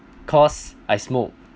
cause I smoke